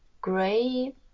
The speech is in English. gray